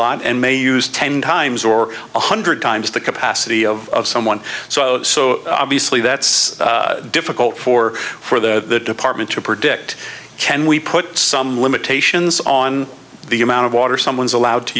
lot and may use ten times or one hundred times the capacity of someone so so obviously that's difficult for for the department to predict can we put some limitations on the amount of water someone is allowed to